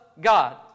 God